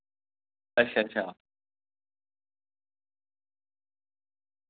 अच्छ अच्छा